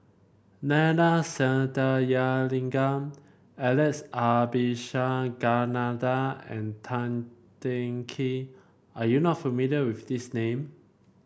Neila Sathyalingam Alex Abisheganaden and Tan Teng Kee are you not familiar with these name